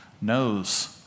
knows